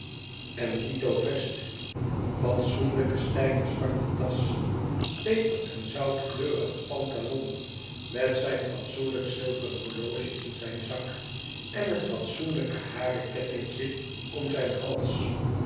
wordt dito vest fatsoenlijke stijve zwarte das peperen zoutkleurige pantalon met zijn fatsoenlijk zilveren horloge in zijn zak en het fatsoenlijke haren kettinkje om zijn hals